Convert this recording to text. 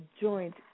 joint